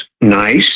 nice